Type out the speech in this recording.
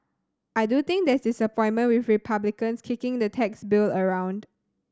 I do think there's disappointment with Republicans kicking the tax bill around